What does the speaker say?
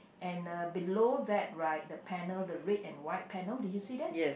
and below that right the panel the red and white panel did you see that